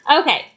Okay